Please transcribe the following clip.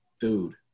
dude